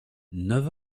neuf